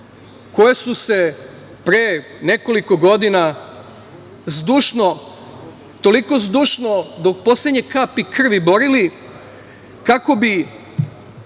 koje su se pre nekoliko godina zdušno, do poslednje kapi krvi borili kako bi